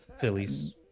Phillies